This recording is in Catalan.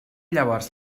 llavors